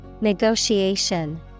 Negotiation